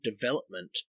development